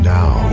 now